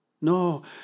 No